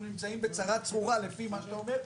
נמצאים בצרה צרורה לפי מה שאתה אומר,